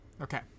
Okay